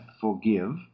forgive